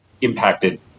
impacted